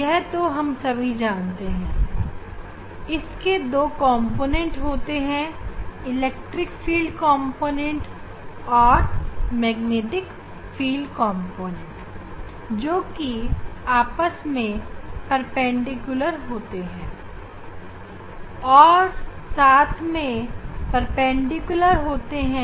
यह तो हम सभी जानते हैं और इसके दो कॉम्पोनेंटहोते हैं इलेक्ट्रिक फ़ील्ड कॉम्पोनेंटऔर मैग्नेटिक फ़ील्ड कॉम्पोनेंटजोकि आपस में परपेंडिकुलर होते हैं और साथ ही प्रकाश की गति की दिशा के परपेंडिकुलर होते हैं